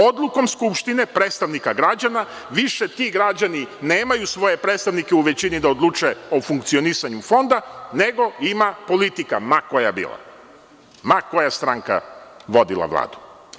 Odlukom Skupštine, predstavnika građana, više ti građani nemaju predstavnike u većini da odlučuju o funkcionisanju Fonda, nego ima politika, ma koja bila, ma koja stranka vodila Vladu.